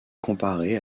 comparée